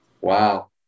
wow